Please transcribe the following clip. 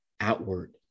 outward